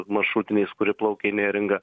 maršrutiniais kurie plaukia į neringą